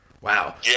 Wow